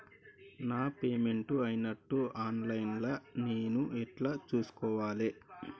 నా పేమెంట్ అయినట్టు online లా నేను ఎట్ల చూస్కోవాలే?